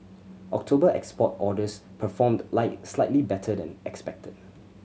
October export orders performed slightly better than expected